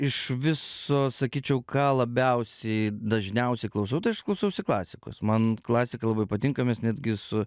iš viso sakyčiau ką labiausiai dažniausiai klausau tai aš klausausi klasikos man klasika labai patinka mes netgi su